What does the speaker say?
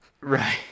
right